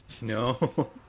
no